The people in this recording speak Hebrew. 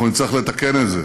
אנחנו נצטרך לתקן את זה